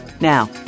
Now